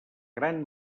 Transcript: gran